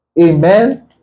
amen